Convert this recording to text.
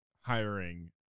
hiring